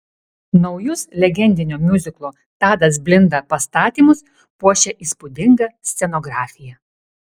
naujus legendinio miuziklo tadas blinda pastatymus puošia įspūdinga scenografija